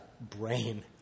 Brain